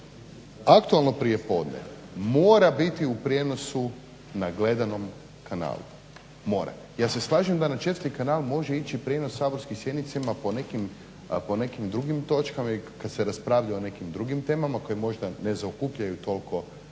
Aktualno prijepodne mora biti u prijenosu na gledanom kanalu, mora. Ja se slažem da na četvrti kanal može ići prijenos saborskih sjednica po nekim drugim točkama kad se raspravlja o nekim drugim temama koje možda ne zaokupljaju toliko